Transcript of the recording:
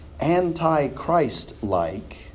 anti-Christ-like